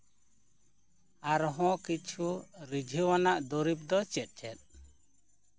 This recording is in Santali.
ᱟᱨᱦᱚᱸ ᱠᱤᱪᱷᱩ ᱨᱤᱡᱷᱟᱹᱣᱟᱱᱟᱜ ᱫᱩᱨᱤᱵ ᱫᱚ ᱪᱮᱫᱼᱪᱮᱫ